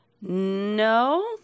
no